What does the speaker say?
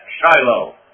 Shiloh